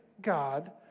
God